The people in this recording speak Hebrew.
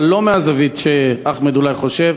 אבל לא מהזווית שאחמד אולי חושב,